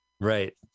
Right